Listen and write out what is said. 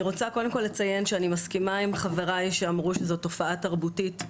אני רוצה לציין שאני מסכימה עם חבריי שאמרו שזו תופעה תרבותית.